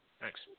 Thanks